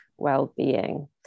well-being